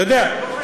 אתה יודע,